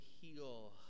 heal